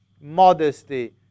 modesty